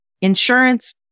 insurance